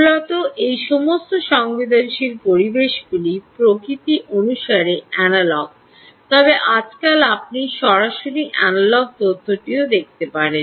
মূলত এই সমস্ত সংবেদনশীল পরিবেশগুলি প্রকৃতি অনুসারে এনালগ তবে আজকাল আপনি সরাসরি এনালগ তথ্যটিও দেখতে পারেন